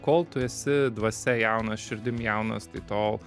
kol tu esi dvasia jaunas širdim jaunas tai tol